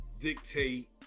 dictate